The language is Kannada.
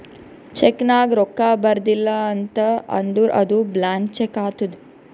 ಚೆಕ್ ನಾಗ್ ರೊಕ್ಕಾ ಬರ್ದಿಲ ಅಂತ್ ಅಂದುರ್ ಅದು ಬ್ಲ್ಯಾಂಕ್ ಚೆಕ್ ಆತ್ತುದ್